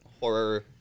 horror